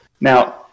Now